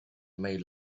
may